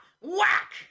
Whack